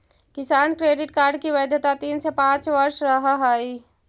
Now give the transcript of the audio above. किसान credit card की वैधता तीन से पांच वर्ष रहअ हई